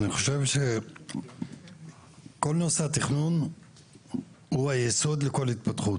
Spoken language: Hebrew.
אני חושב שכל נושא התכנון הוא היסוד לכל התפתחות,